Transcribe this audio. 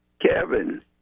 Kevin